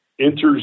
enters